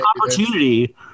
opportunity